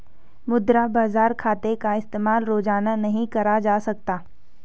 मुद्रा बाजार खाते का इस्तेमाल रोज़ाना नहीं करा जा सकता